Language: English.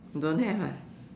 don't have ah